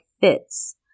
fits